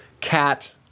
cat